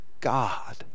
God